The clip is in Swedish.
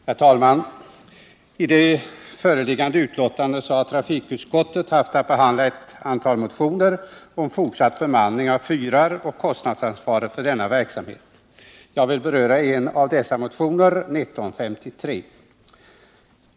Herr talman! I det föreliggande betänkandet behandlas ett antal motioner om fortsatt bemanning av fyrar och kostnadsansvaret för denna verksamhet. Jag vill beröra en av dessa motioner, motionen 1953.